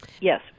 Yes